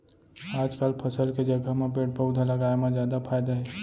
आजकाल फसल के जघा म पेड़ पउधा लगाए म जादा फायदा हे